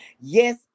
yes